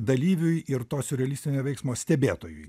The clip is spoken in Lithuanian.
dalyviui ir to siurrealistinio veiksmo stebėtojui